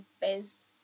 best